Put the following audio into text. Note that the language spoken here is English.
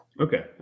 Okay